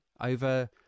over